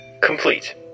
Complete